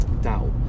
doubt